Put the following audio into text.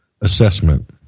assessment